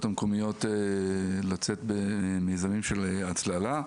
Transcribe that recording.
המקומיות כדי לצאת במיזמים של הצללה.